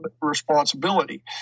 responsibility